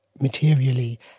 materially